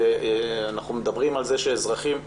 ואנחנו מדברים על זה שאזרחים,